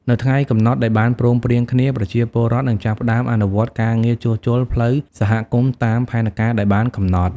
នៅថ្ងៃកំណត់ដែលបានព្រមព្រៀងគ្នា ប្រជាពលរដ្ឋនឹងចាប់ផ្ដើមអនុវត្តការងារជួសជុលផ្លូវសហគមន៍តាមផែនការដែលបានកំណត់។